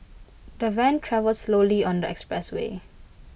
the van travel slowly on the expressway